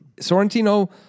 Sorrentino